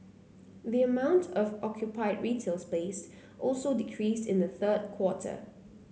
the amount of occupied retail space also decreased in the third quarter